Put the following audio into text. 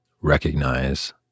recognize